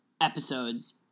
episodes